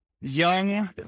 young